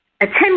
attempt